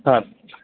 हां